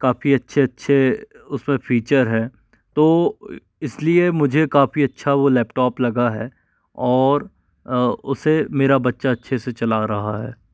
काफ़ी अच्छे अच्छे उस में फीचर हैं तो इस लिए मुझे काफ़ी अच्छा वो लैपटॉप लगा है और उसे मेरा बच्चा अच्छे से चला रहा है